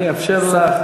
אני אאפשר לך.